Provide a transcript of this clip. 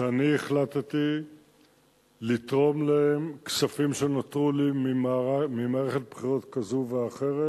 שאני החלטתי לתרום להם כספים שנותרו לי ממערכת בחירות כזאת או אחרת